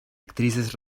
actrices